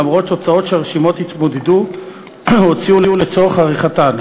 למרות הוצאות שהרשימות שהתמודדו הוציאו לצורך עריכתן.